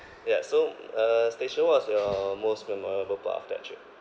ya so uh stacia what was your most memorable part of that trip